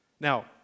Now